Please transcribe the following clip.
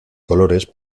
colores